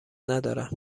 ندارند